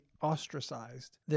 ostracized